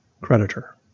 creditor